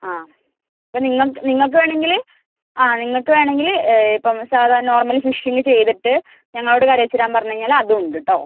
ആ ഇപ്പം നിങ്ങൾക്ക് നിങ്ങൾക്ക് വേണമെങ്കിൽ ആ നിങ്ങൾക്ക് വേണമെങ്കിൽ ഇപ്പം സാധാ നോർമൽ ഫിഷിംഗ് ചെയ്തിട്ട് ഞങ്ങളോട് കറിവെച്ചുതരാൻ പറഞ്ഞുകഴിഞ്ഞാൽ അതും ഉണ്ട് കേട്ടോ